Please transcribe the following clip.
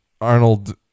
Arnold